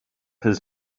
his